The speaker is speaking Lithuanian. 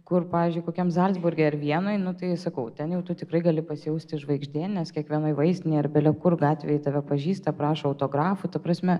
kur pavyzdžiui kokiam zalcburge ar vienoj nu tai sakau ten jau tu tikrai gali pasijausti žvaigždė nes kiekvienoj vaistinėj ar belekur gatvėj tave pažįsta prašo autografų ta prasme